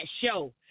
show